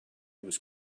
was